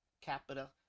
capita